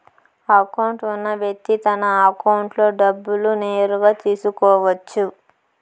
account ఉన్న వ్యక్తి తన అకౌంట్లో డబ్బులు నేరుగా తీసుకోవచ్చు